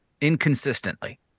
Inconsistently